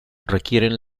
requieren